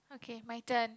okay my turn